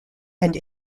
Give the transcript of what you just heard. and